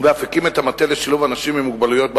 ואף הקים את המטה לשילוב אנשים עם מוגבלויות בעבודה.